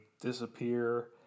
disappear